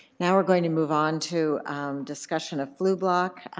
now we're going to move on to discussion of flublok,